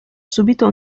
subito